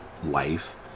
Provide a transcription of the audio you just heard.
life